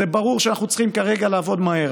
זה ברור שאנחנו צריכים כרגע לעבוד מהר,